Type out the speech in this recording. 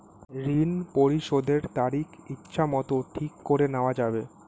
ঋণ পরিশোধের তারিখ ইচ্ছামত ঠিক করে নেওয়া যাবে?